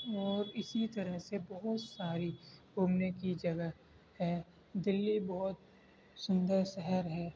اور اسی طرح سے بہت ساری گھومنے کی جگہ ہیں دلّی بہت سندر شہر ہے